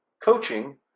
coaching